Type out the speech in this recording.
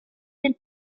del